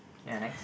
ya next